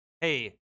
Hey